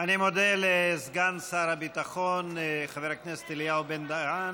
אני מודה לסגן שר הביטחון חבר הכנסת אליהו בן-דהן.